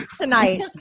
tonight